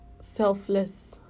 selfless